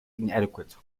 inadequate